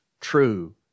true